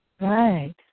Right